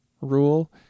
rule